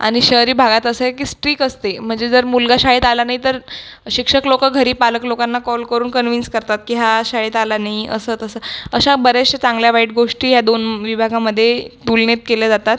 आणि शहरी भागात असं आहे की स्ट्रीक असते म्हणजे जर मुलगा शाळेत आला नाही तर शिक्षक लोकं घरी पालक लोकांना कॉल करून कन्विन्स करतात की हा शाळेत आला नाही असं तसं अशा बऱ्याचशा चांगल्या वाईट गोष्टी या दोन विभागामध्ये तुलनेत केल्या जातात